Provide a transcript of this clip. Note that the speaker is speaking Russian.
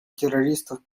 террористов